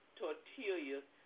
tortillas